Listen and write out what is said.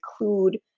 include